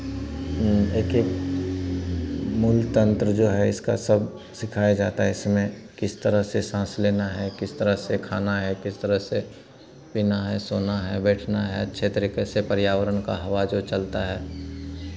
एक एक मूल तंत्र जो है इसका सब सिखाया जाता है इसमें किस तरह से सांस लेना है किस तरह से खाना है किस तरह से पीना है सोना है बैठना है अच्छे तरीके से पर्यावरण का हवा जो चलता है